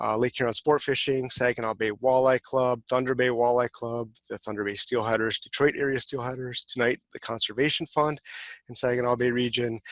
um lake huron sport fishing, saginaw bay walleye club, thunder bay walleye club, the thunder bay steelheaders, detroit area steelheaders, the conservation fund in saginaw bay region,